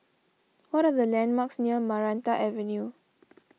what are the landmarks near Maranta Avenue